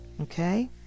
Okay